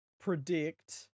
predict